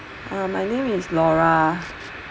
uh my name is laura